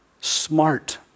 Smart